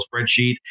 spreadsheet